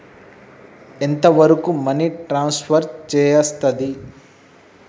ఎంత వరకు money transfer చేయస్తది?